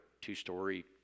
two-story